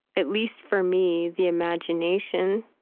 at least, for me, the imagination